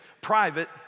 private